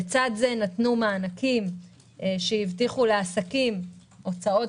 לצד זה נתנו מענקים שהבטיחו לעסקים הוצאות